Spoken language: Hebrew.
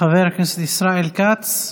חבר הכנסת ישראל כץ,